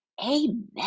Amen